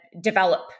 develop